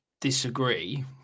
disagree